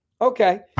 Okay